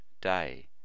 day